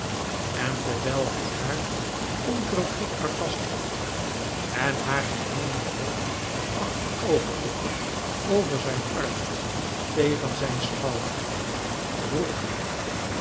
en terwijl hij haar onverwrikbaar vast hield en haar gehelmde hoofd achter over lag over zijn arm tegen zijn schouder vroeg hij